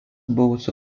buvusių